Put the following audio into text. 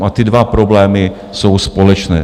Říkám, ty dva problémy jsou společné.